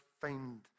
find